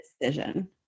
decision